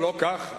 לא, לא, לא כך.